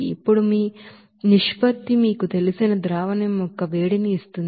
ఇప్పుడు ఈ నిష్పత్తి మీకు తెలిసిన ಹೀಟ್ ಒಫ್ ಸೊಲ್ಯೂಷನ್ ని ఇస్తుంది